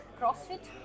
crossfit